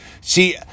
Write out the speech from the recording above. See